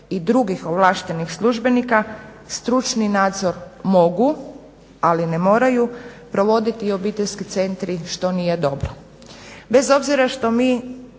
i drugih ovlaštenih službenika stručni nadzor mogu ali ne moraju provoditi obiteljski centri što nije dobro bez obzira što mi